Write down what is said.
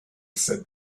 said